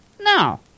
No